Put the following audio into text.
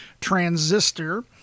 Transistor